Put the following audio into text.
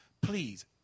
Please